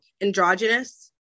androgynous